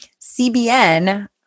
CBN